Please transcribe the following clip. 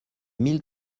mille